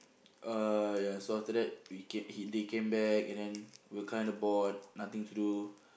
uh ya so after that we can they came back and then we're kind of bored nothing to do